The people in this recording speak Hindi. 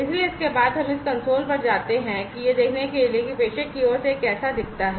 इसलिए इसके बाद हम इस कंसोल पर जाते हैं कि यह देखने के लिए कि प्रेषक की ओर से यह कैसा दिखता है